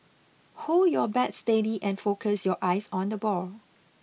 hold your bat steady and focus your eyes on the ball